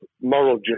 moral